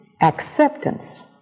acceptance